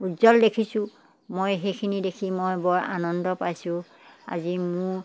উজ্জ্বল দেখিছোঁ মই সেইখিনি দেখি মই বৰ আনন্দ পাইছোঁ আজি মোৰ